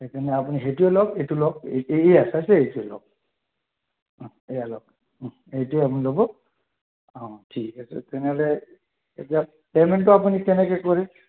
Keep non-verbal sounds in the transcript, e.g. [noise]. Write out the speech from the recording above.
সেই কাৰণে আপুনি সেইটোৱে লওক এইটো লওক এই এই [unintelligible] এইটোৱে লওক এইয়া লওক এইটোৱে আপুনি ল'ব অঁ ঠিক আছে তেনেহলে এতিয়া পেমেন্টটো আপুনি কেনেকে কৰে